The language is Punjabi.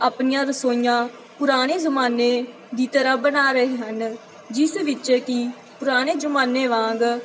ਆਪਣੀਆਂ ਰਸੋਈਆਂ ਪੁਰਾਣੇ ਜ਼ਮਾਨੇ ਦੀ ਤਰ੍ਹਾਂ ਬਣਾ ਰਹੇ ਹਨ ਜਿਸ ਵਿੱਚ ਕਿ ਪੁਰਾਣੇ ਜ਼ਮਾਨੇ ਵਾਂਗ